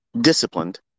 disciplined